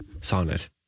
sonnet